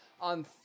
on